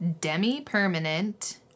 demi-permanent